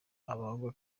abagwa